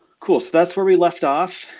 cool, so that's where we left off.